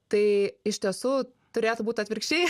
tai iš tiesų turėtų būt atvirkščiai